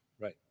right